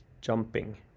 jumping